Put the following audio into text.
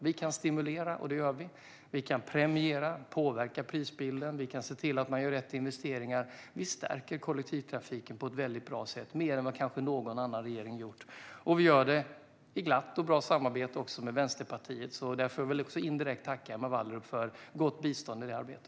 Vi kan stimulera, och det gör vi, vi kan premiera och påverka prisbilden och vi kan se till att man gör rätt investeringar. Vi stärker kollektivtrafiken på ett bra sätt - mer än vad kanske någon annan regering har gjort. Vi gör detta i glatt och bra samarbete med Vänsterpartiet, så därför vill jag indirekt tacka Emma Wallrup för gott bistånd i detta arbete.